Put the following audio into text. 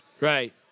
Right